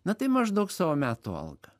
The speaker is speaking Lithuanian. na tai maždaug savo metų algą